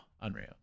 unreal